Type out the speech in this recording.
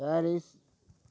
Paris